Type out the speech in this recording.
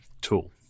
tool